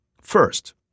First